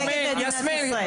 יסמין, יסמין,